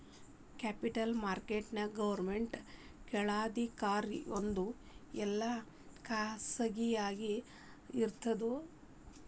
Capital market government ಕೆಳಗಿರ್ತದೋ ಇಲ್ಲಾ ಖಾಸಗಿಯಾಗಿ ಇರ್ತದೋ?